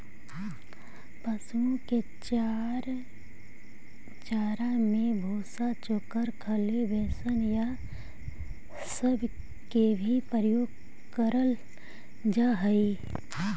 पशुओं के चारा में भूसा, चोकर, खली, बेसन ई सब के भी प्रयोग कयल जा हई